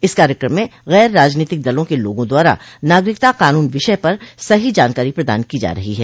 इस कार्यक्रम में गैर राजनीतिक दलों के लोगों द्वारा नागरिकता कानून विषय पर सही जानकारी प्रदान की जा रही है